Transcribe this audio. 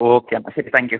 okay അപ്പോൾ ശരി thank U